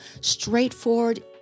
straightforward